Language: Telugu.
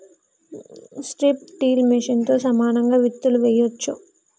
స్ట్రిప్ టిల్ మెషిన్తో సమానంగా విత్తులు వేయొచ్చు